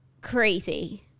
crazy